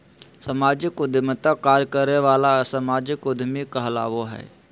सामाजिक उद्यमिता कार्य करे वाला सामाजिक उद्यमी कहलाबो हइ